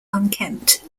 unkempt